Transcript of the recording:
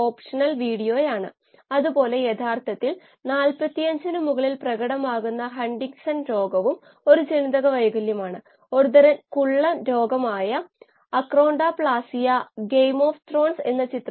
ഞാൻ സൂചിപ്പിച്ചതുപോലെ എന്റെ സ്വന്തം ഡാറ്റയാണിത് എന്റെ ഡോക്ടറൽ സ്റ്റഡീസിൽ ഞാൻ ഒരു മില്ലിവോൾട്ട് മീറ്റർ ഉപയോഗിച്ചു DO അളന്നിരുന്നു